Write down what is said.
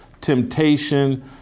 temptation